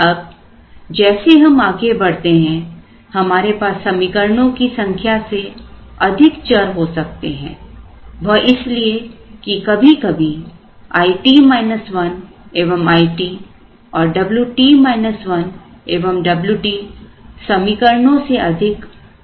अब जैसे हम आगे बढ़ते हैं हमारे पास समीकरणों की संख्या से अधिक चर हो सकते हैं वह इसलिए कि कभी कभी It I एवं It और Wt 1 एवं Wt समीकरणों से अधिक चरों की रचना करते हैं